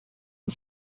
and